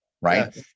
right